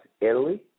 Italy